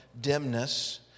dimness